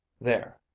There